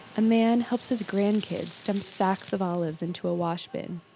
a man helps his grandkids dump sacks of olives into a wash bin.